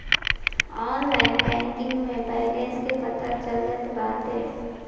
online banking में balance के पता चल जात बाटे